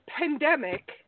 Pandemic